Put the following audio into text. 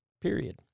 period